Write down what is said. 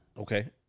Okay